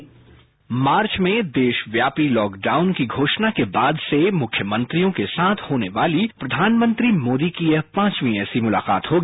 bite मार्च में देशव्यापी लोकडाउन की घोषणा के बाद से मुख्यमंत्रियों के साथ होने वाली प्रधानमंत्री मोदी की यह पांचवीं ऐसी मुलाकात होगी